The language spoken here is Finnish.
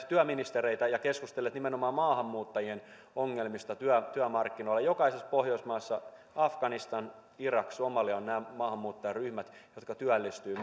työministereitä ja olette keskustelleet nimenomaan maahanmuuttajien ongelmista työmarkkinoilla jokaisessa pohjoismaassa afganistanilaiset irakilaiset somalialaiset ovat nämä maahanmuuttajaryhmät jotka työllistyvät